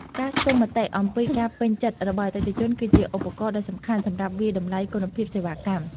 ការស្ទង់មតិអំពីការពេញចិត្តរបស់អតិថិជន គឺជាឧបករណ៍ដ៏សំខាន់សម្រាប់វាយតម្លៃគុណភាពសេវាកម្ម។